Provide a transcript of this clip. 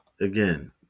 Again